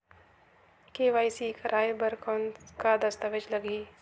KYC कराय बर कौन का दस्तावेज लगही?